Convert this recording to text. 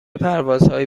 پروازهایی